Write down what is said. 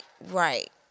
right